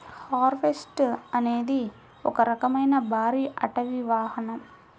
harvester అనేది ఒక రకమైన భారీ అటవీ వాహనం